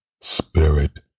spirit